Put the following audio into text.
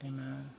Amen